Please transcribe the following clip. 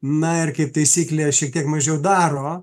na ir kaip taisyklė šiek tiek mažiau daro